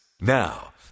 Now